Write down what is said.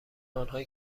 آنهایی